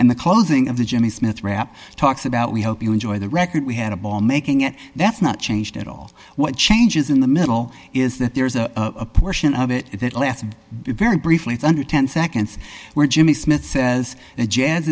and the closing of the jimmy smith rap talks about we hope you enjoy the record we had a ball making it that's not changed at all what changes in the middle is that there's a portion of it that left very briefly it's under ten seconds where jimmy smith says that jazz